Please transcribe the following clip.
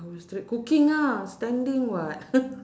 hours straight cooking ah standing [what]